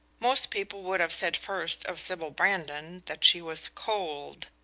most people would have said first of sybil brandon that she was cold,